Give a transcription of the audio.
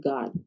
God